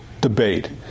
debate